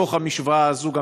בתוך המשוואה הזאת,